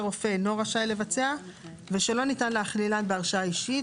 רופא אינו רשאי לבצע ושלא ניתן להכלילן בהרשאה אישית.